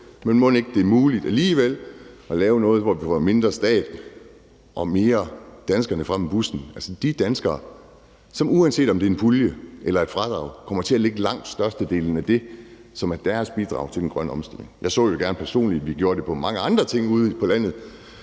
det er muligt alligevel at lave noget, hvor vi får mindre stat og mere danskerne frem i bussen, altså de danskere, som, uanset om det er en pulje eller et fradrag, kommer til at lægge langt størstedelen af det, som er deres bidrag til den grønne omstilling. Jeg så jo gerne personligt, at vi gjorde det i forhold til mange andre ting ude på landet.